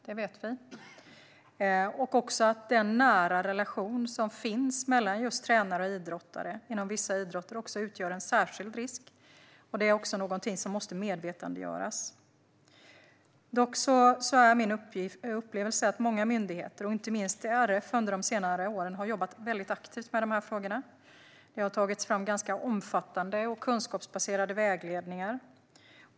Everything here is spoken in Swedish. Den nära relation som finns mellan tränare och idrottare inom vissa idrotter utgör en särskild risk. Det är också något som måste medvetandegöras. Dock upplever jag att många myndigheter och inte minst RF under senare år har jobbat mycket aktivt med frågorna. Det har tagits fram omfattande och kunskapsbaserade vägledningar.